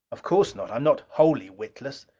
of course not. i am not wholly witless.